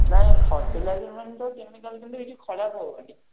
ନାଇ ଫର୍ଟିଲାଇଜିଂ ମାନେ ତ କେମିକାଲ୍ ଦେଲେ କିଛି ଖରାପ୍ ହେବନି